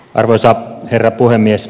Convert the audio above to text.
arvoisa herra puhemies